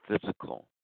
physical